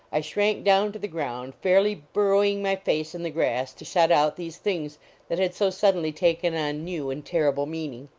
i shrank down to the ground, fairly burrow ing my face in the grass to shut out these things that had so suddenly taken on new and terrible meaning.